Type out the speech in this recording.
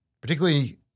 particularly